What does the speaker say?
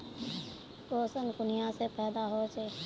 पोषण कुनियाँ से पैदा होचे?